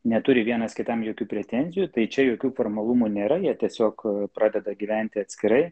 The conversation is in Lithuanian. neturi vienas kitam jokių pretenzijų tai čia jokių formalumų nėra jie tiesiog pradeda gyventi atskirai